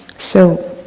so,